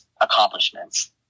accomplishments